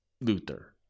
Luther